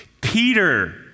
Peter